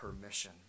permission